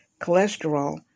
cholesterol